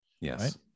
Yes